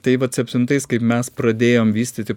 tai vat septintais kaip mes pradėjom vystyti